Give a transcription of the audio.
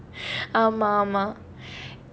ஆமா ஆமா:aamaa aamaa